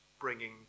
bringing